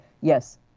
yes